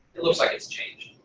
it looks like it's changed.